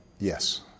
Yes